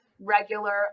regular